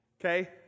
okay